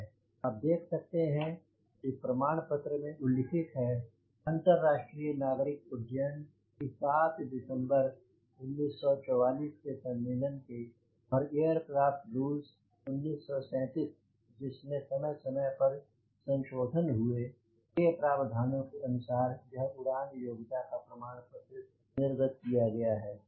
आप देख सकते हैं कि प्रमाण पत्र में उल्लिखित है अंतर्राष्ट्रीय नागरिक उड्डयन की 7 दिसंबर 1944 के सम्मेलन के और एयरक्राफ़्ट रूल्स 1937 जिसमे समय समय पर संशोधन हुए के प्रावधानों के अनुसार यह उड़ान योग्यता का यह प्रमाण पत्र निर्गत किया गया है